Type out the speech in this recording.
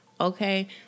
okay